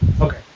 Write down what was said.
Okay